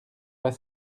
pas